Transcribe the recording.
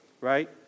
right